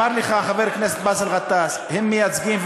אמר לך חבר הכנסת באסל גטאס: הם מייצגים,